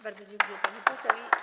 Bardzo dziękuję, pani poseł.